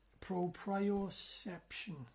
proprioception